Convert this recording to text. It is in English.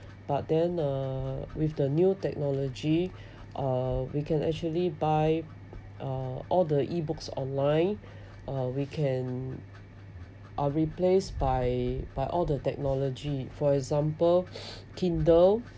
but then uh with the new technology uh we can actually buy uh all the e-books online uh we can are replaced by by all the technology for example tinder